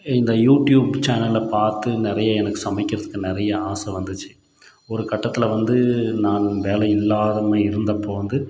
இந்த யூடியூப் சேனலை பார்த்து நிறைய எனக்கு சமைக்கிறதுக்கு நிறைய ஆசை வந்துச்சு ஒரு கட்டத்தில் வந்து நான் வேலை இல்லாம இருந்தப்போ வந்து